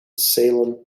salem